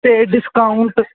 ਅਤੇ ਡਿਸਕਾਊਂਟ